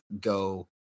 go